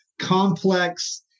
complex